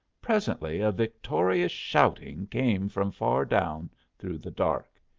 presently a victorious shouting came from far down through the dark.